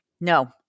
No